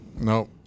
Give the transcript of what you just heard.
No